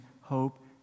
hope